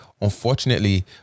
Unfortunately